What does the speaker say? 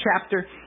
chapter